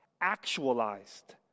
actualized